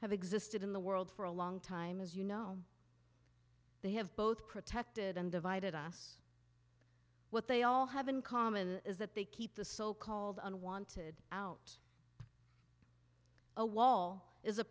have existed in the world for a long time as you know they have both protected and divided us what they all have in common is that they keep the so called unwanted out a wall is a